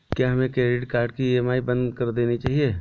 क्या हमें credit card की ई.एम.आई बंद कर देनी चाहिए?